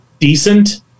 decent